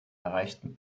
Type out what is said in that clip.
erreichten